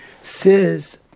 says